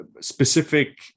Specific